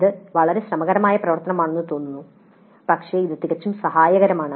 ഇത് വളരെ ശ്രമകരമായ പ്രവർത്തനമാണെന്ന് തോന്നുന്നു പക്ഷേ ഇത് തികച്ചും സഹായകരമാണ്